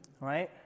right